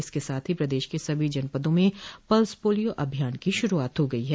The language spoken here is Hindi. इसके साथ ही प्रदेश के सभी जनपदों में पल्स पोलियों अभियान की शुरूआत हो गयी है